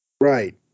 Right